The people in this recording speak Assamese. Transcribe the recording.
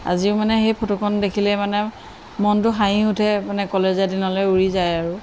আজিও মানে সেই ফটোখন দেখিলে মানে মনটো হাঁহি উঠে মানে কলেজীয়া দিনলৈ উৰি যায় আৰু